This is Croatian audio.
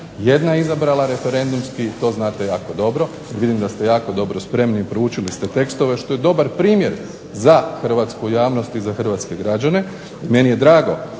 Jedna je izabrala referendumski i to znate jako dobro. Vidim da ste jako dobro spremni i proučili ste tekstove što je dobar primjer za hrvatsku javnost i za hrvatske građane. Meni je drago